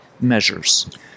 measures